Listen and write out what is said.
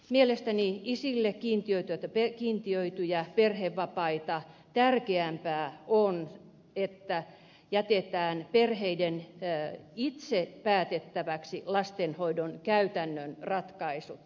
mielestäni isille kiintiöityjä perhevapaita tärkeämpää on että jätetään perheiden itse päätettäväksi lastenhoidon käytännön ratkaisut